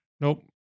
nope